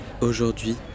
Aujourd'hui